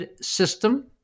system